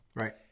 Right